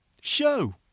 Show